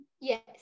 Yes